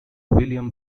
william